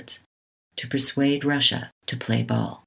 s to persuade russia to play ball